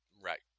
right